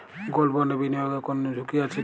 Gold বন্ডে বিনিয়োগে কোন ঝুঁকি আছে কি?